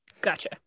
Gotcha